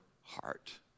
heart